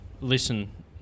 listen